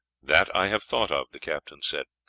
that i have thought of, the captain said.